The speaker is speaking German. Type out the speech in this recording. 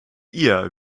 ihr